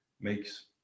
makes